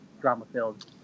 drama-filled